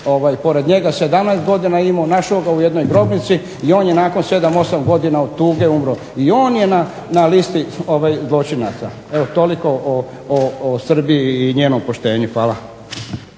pored njega, 17 godina je imao, našao ga je u jednoj grobnici i on je nakon 7, 8 godina od tuge umro. I on je na listi zločinaca. Evo toliko o Srbiji i njenom poštenju. Hvala.